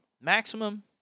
maximum